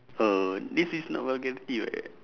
oh this is not vulgarity [what]